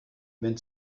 wenn